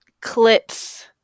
clips